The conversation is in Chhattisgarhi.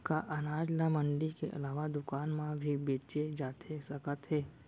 का अनाज ल मंडी के अलावा दुकान म भी बेचे जाथे सकत हे?